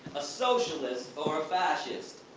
a socialist or a fascist.